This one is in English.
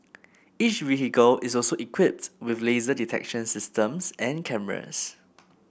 each vehicle is also equipped with laser detection systems and cameras